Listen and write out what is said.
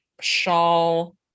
shawl